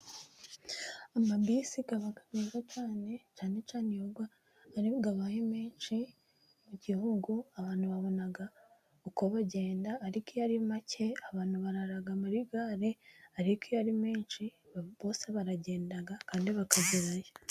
Amabisi aba mu buyapani cyane cyane, iyo ngo abaye menshi mu gihugu abantu babona uko bagenda, ariko iyo ari make abantu barara muri gare, ariko iyo ari menshi bose baragenda kandi bakagerayo.